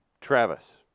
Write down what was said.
Travis